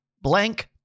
Blank